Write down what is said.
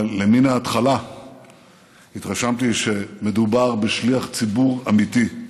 אבל למן ההתחלה התרשמתי שמדובר בשליח ציבור אמיתי.